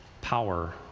power